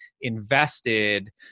invested